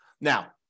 Now